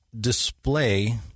display